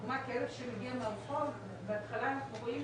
לדוגמה כלב שמגיע מהרחוב, בהתחלה אנחנו רואים